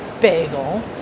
Bagel